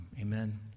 amen